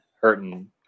hurting